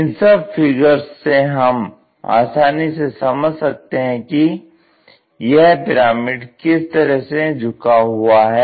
इन सब फिगर्स से हम आसानी से समझ सकते हैं कि यह पिरामिड किस तरह से झुका हुआ है